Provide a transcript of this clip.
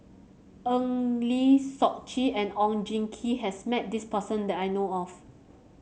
Eng Lee Seok Chee and Oon Jin Gee has met this person that I know of